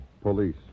Police